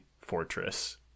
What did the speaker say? fortress